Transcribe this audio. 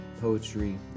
poetry